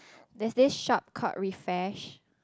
there is this shop called Refash